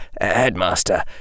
Headmaster